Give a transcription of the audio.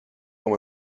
com